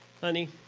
honey